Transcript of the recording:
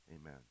Amen